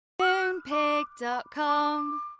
Moonpig.com